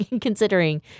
considering